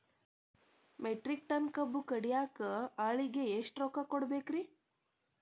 Metric tonne ಕಬ್ಬು ಕಡಿಯಾಕ ಆಳಿಗೆ ಎಷ್ಟ ರೊಕ್ಕ ಕೊಡಬೇಕ್ರೇ?